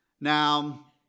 Now